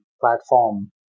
platform